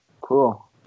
Cool